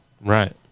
Right